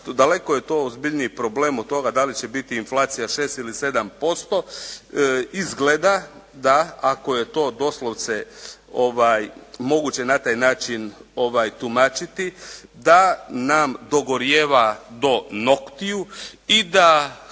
Daleko je to ozbiljniji problem od toga da li će biti inflacija 6 ili 7%. Izgleda da ako je to doslovce moguće na taj način tumačiti da nam dogorijeva do noktiju i da